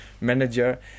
manager